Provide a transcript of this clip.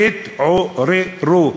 תתעוררו.